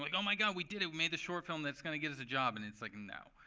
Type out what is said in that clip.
like oh my god, we did it. we made the short film that's going to get us a job. and it's like, no.